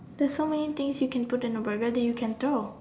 there's so many things you can put into a Burger that you can throw